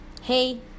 Hey